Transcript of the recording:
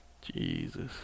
Jesus